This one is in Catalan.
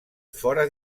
fora